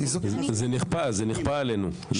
זה נכפה עלינו.